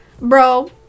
Bro